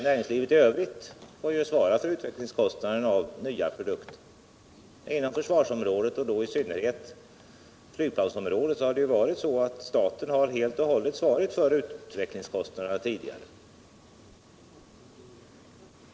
Näringslivet i övrigt har ju svarat för utvecklingskost området har det varit så att staten tidigare helt har svarat för utvecklingskostnaderna.